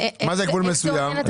מה זה גבול מסוים?